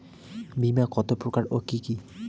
বীমা কত প্রকার ও কি কি?